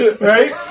Right